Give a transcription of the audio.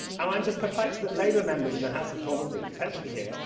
and i'm just perplexed that labour members in the house of commons, or potentially here,